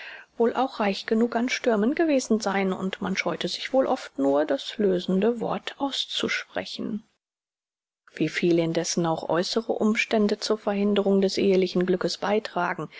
wohl auch reich genug an stürmen gewesen sein und man scheute sich wohl oft nur das lösende wort auszusprechen wie viel indessen auch äußere umstände zur verhinderung des ehelichen glückes beitragen